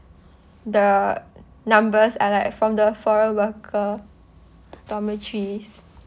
the numbers are like from the foreign worker dormitory